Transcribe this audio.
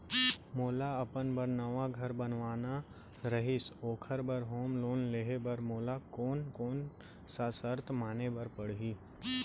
मोला अपन बर नवा घर बनवाना रहिस ओखर बर होम लोन लेहे बर मोला कोन कोन सा शर्त माने बर पड़ही?